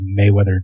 mayweather